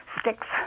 sticks